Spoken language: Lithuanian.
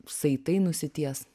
saitai nusities